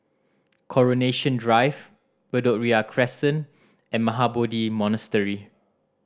Coronation Drive Bedok Ria Crescent and Mahabodhi Monastery